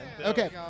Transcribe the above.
Okay